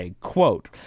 Quote